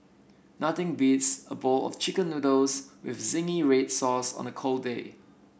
nothing beats a bowl of chicken noodles with zingy read sauce on a cold day